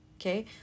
okay